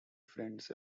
friends